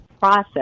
Process